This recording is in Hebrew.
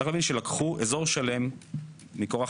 צריך להבין שלקחו אזור שלם כשבוי.